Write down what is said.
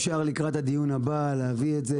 אפשר לקראת הדיון הבא להביא את זה.